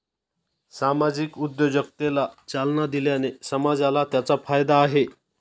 सामाजिक उद्योजकतेला चालना दिल्याने समाजाला त्याचा फायदा आहे